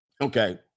Okay